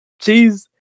Cheese